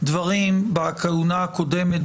דברים בכהונה הקודמת,